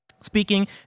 Speaking